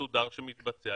שיש עכשיו,